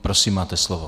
Prosím, máte slovo.